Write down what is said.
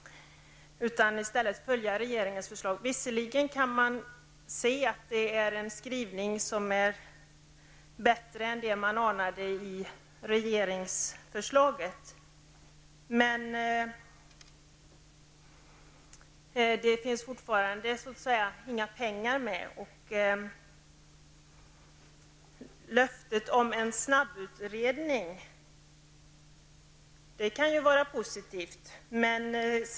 I stället har man följt regeringens förslag. Visserligen är skrivningen bättre än man kunde ana när man läste regeringens förslag. Men det finns fortfarande inga pengar med i bilden. Löftet om en snabbutredning är dock positivt.